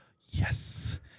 yes